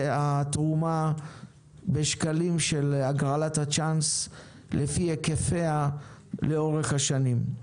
והתרומה בשקלים של הגרלת הצ'אנס לפי היקפיה לאורך השנים.